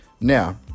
Now